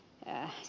eräs